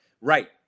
right